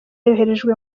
yoherejwe